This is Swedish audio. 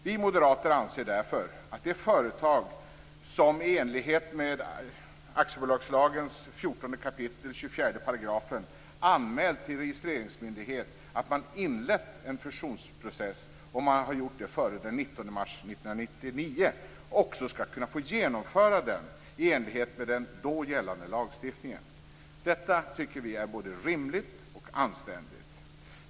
Vi moderater anser därför att de företag som i enlighet med aktiebolagslagens 14 kap. 24 § före den 19 mars 1999 anmält till registreringsmyndighet att man inlett en fusionsprocess också skall få genomföra den i enlighet med den då gällande lagstiftningen. Detta tycker vi är både rimligt och anständigt.